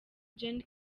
gen